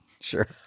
Sure